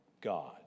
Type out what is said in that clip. God